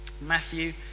Matthew